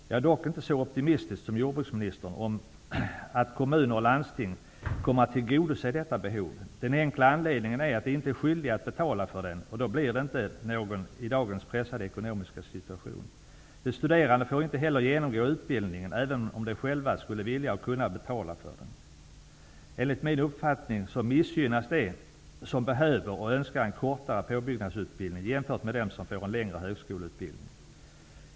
Jag är dock inte så optimistisk som jordbruksministern när det gäller kommuners och landstings tillgodoseende av detta behov, av den enkla anledningen att de inte är skyldiga att betala för en sådan utbildning, och då blir det inte någon sådan i dagens pressade ekonomiska situation. De studerande får inte heller genomgå utbildningen, även om de själva skulle vilja, även om de skulle kunna betala för den. Enligt min bestämda uppfattning missgynnas de som behöver och önskar en kortare påbyggnadsutbildning, jämfört med dem som får en längre högskoleutbildning.